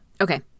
Okay